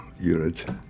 unit